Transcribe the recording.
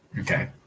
okay